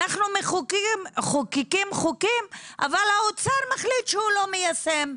אנחנו מחוקקים חוקים אבל האוצר מחליט שהוא לא מיישם.